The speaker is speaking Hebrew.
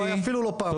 לא היה אפילו פעם אחת.